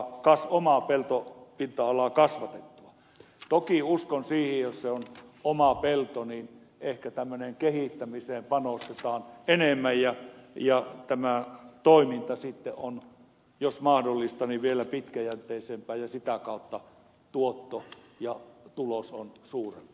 toki uskon siihen että jos se on oma pelto niin ehkä tämmöiseen kehittämiseen panostetaan enemmän ja tämä toiminta sitten on jos mahdollista vielä pitkäjänteisempää ja sitä kautta tuotto ja tulos on suurempi